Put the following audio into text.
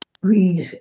read